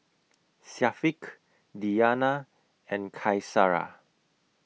Syafiq Diyana and Qaisara